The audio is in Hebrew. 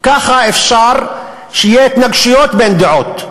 ככה אפשר שיהיו התנגשויות בין דעות.